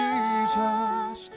Jesus